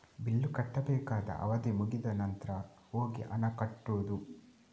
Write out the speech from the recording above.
bill ಕಟ್ಟಬೇಕಾದ ಅವಧಿ ಮುಗಿದ ನಂತ್ರ ಹೋಗಿ ಹಣ ಕಟ್ಟುದು